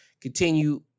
continue